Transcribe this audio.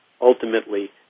Ultimately